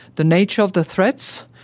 the nature of the threats,